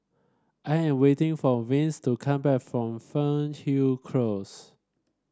I am waiting for Vance to come back from Fernhill Close